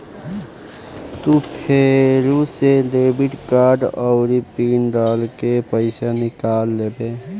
तू फेरू से डेबिट कार्ड आउरी पिन डाल के पइसा निकाल लेबे